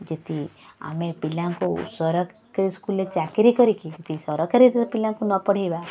ଯଦି ଆମେ ପିଲାଙ୍କୁ ସରକାରୀ ସ୍କୁଲରେ ଚାକିରି କରିକି ଯଦି ସରକାରୀ ପିଲାଙ୍କୁ ନପଢ଼ାଇବା